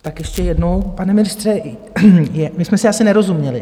Tak ještě jednou, pane ministře, my jsme si asi nerozuměli.